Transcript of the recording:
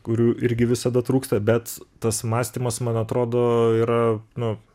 kurių irgi visada trūksta bet tas mąstymas man atrodo yra nu